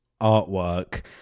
artwork